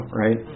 right